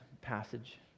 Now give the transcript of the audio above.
passage